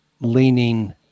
leaning